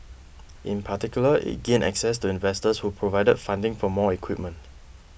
in particular it gained access to investors who provided funding for more equipment